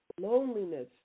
loneliness